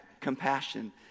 compassion